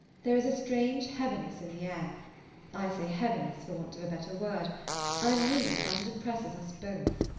there is a strange heaviness in the air i say heaviness for want of a better word i mean that it oppresses us both.